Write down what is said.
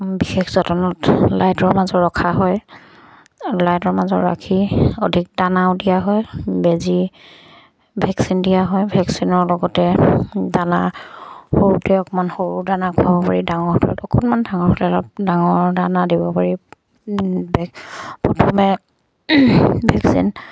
বিশেষ যতনত লাইটৰ মাজত ৰখা হয় লাইটৰ মাজত ৰাখি অধিক দানাও দিয়া হয় বেজি ভেকচিন দিয়া হয় ভেকচিনৰ লগতে দানা সৰুতে অকমান সৰু দানা খুৱাব পাৰি ডাঙৰ অকণমান ডাঙৰ ডাঙৰ দানা দিব পাৰি প্ৰথমে ভেকচিন